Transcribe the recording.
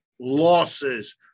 losses